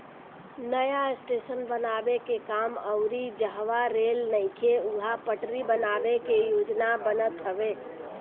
नया स्टेशन बनावे के काम अउरी जहवा रेल नइखे उहा पटरी बनावे के योजना बनत हवे